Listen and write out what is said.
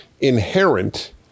inherent